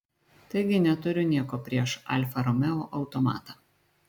taigi neturiu nieko prieš alfa romeo automatą